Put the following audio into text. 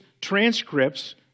transcripts